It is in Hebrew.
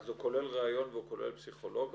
אז הוא כולל ראיון והוא כולל פסיכולוג,